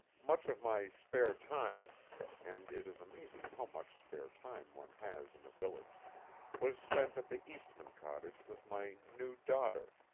much of my spare time and it is amazing how much spare time one has in a village was spent at the eastmann cottage with my new daughter,